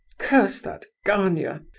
curse that gania!